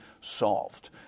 solved